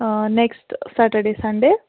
آ نیکٕسٹہٕ Saturday Sunday